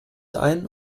ein